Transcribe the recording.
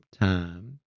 time